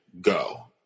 Go